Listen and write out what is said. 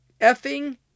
effing